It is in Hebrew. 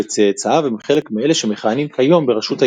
וצאצאיו הם חלק מאלה שמכהנים כיום בראשות הישיבה.